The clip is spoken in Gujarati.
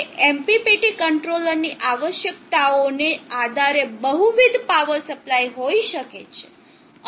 તે MPPT કંટ્રોલર ની આવશ્યકતાઓને આધારે બહુવિધ પાવર સપ્લાય હોઈ શકે છે